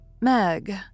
Meg